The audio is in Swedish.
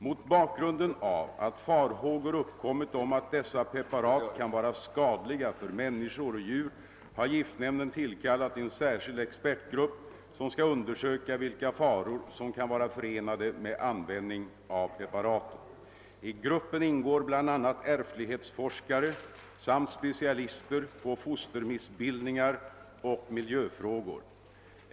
Mot bakgrunden av att farhågor uppkommit om att dessa preparat kan vara skadliga för människor och djur har giftnämnden tillkallat en särskild expertgrupp som skall undersöka vilka faror som kan vara förenade med användning av preparaten. I gruppen ingår bl.a. ärftlighetsforskare samt specialister på fostermissbildningar och miljöfrågor.